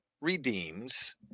redeems